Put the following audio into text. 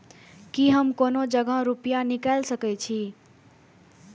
की हम कोनो जगह रूपया निकाल सके छी?